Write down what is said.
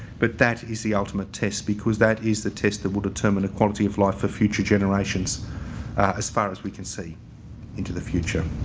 but, that is the ultimate test because that is the test that will determine a quality of life for future generations as far as we can see into the future,